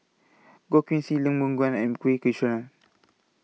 Goh Keng Swee Lee Boon Ngan and